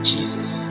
Jesus